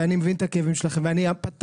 ואני מבין את הכאבים שלכם ואני פתחתי